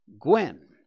Gwen